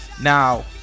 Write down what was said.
now